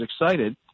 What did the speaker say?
excited